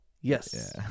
Yes